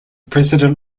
president